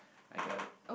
I got it